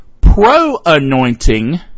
pro-anointing